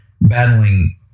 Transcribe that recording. battling